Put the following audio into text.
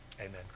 Amen